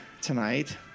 tonight